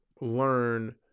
learn